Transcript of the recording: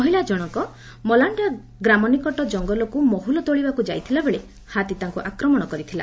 ମହିଳା ଜଶକ ମଲଣ୍ଡା ଗ୍ରାମ ନିକଟ ଜଙ୍ଗଲକୁ ମହୁଲ ତୋଳିବାକୁ ଯାଇଥିବା ବେଳେ ହାତୀ ତାଙ୍କୁ ଆକ୍ରମଣ କରିଥିଲା